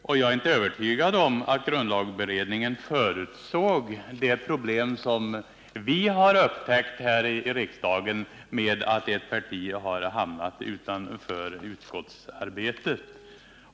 Och jag är inte övertygad om att grundlagberedningen förutsåg det problem som vi har upptäckt här i riksdagen genom att ett parti har hamnat utanför utskottsarbetet.